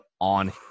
on